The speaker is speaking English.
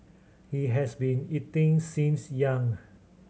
he has been eating since young